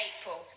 april